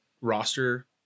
roster